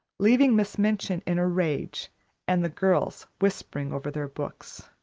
leaving miss minchin in a rage and the girls whispering over their books.